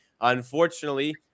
Unfortunately